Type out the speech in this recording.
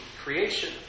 creation